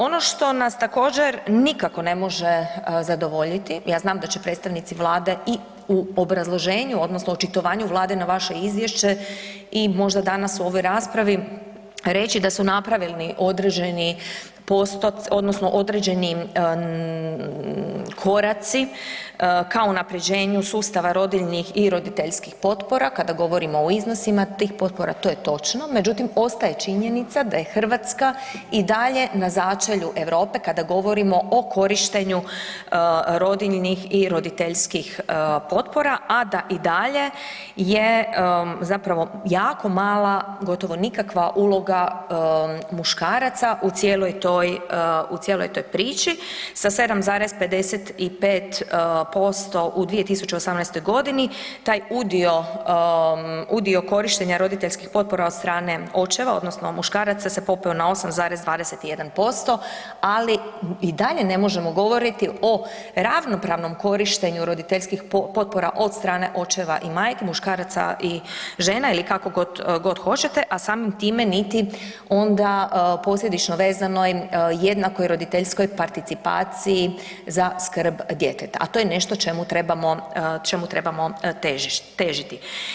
Ono što nas također nikako ne može zadovoljiti, ja znam da će predstavnici Vlade i u obrazloženju odnosno očitovanju Vlade na vaše izvješće i možda danas u ovoj raspravi, reći da su napravljeni određeni postotci odnosno određeni koraci ka unapređenju sustava rodiljnih i roditeljskih potpora kada govorimo o iznosima tih potpora, to je točno međutim ostaje činjenica da je Hrvatska i dalje na začelju Europe kada govorimo o korištenju rodiljnih i roditeljskih potpora a da i dalje je zapravo jako mala, gotovo nikakva uloga muškaraca u cijeloj toj priči, sa 7,55% u 2018. g., taj udio korištenja roditeljskih potpora od strane očeva odnosno muškaraca se popeo na 8,21% ali i dalje ne možemo govoriti o ravnopravnom korištenju roditeljskih potpora od strane očeva i majke, muškaraca i žena ili kako god hoćete a samim time niti onda posljedično vezano i jednakoj roditeljskoj participaciji za skrb djeteta a to je nešto čemu trebamo težiti.